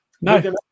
No